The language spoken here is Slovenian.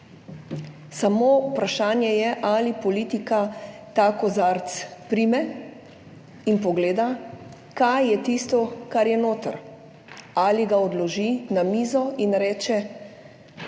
samo vprašanje je, ali politika ta kozarec prime in pogleda, kaj je tisto, kar je notri, ali ga odloži na mizo in reče,